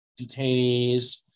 detainees